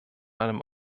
einem